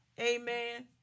amen